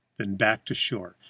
then back to shore,